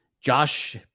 Josh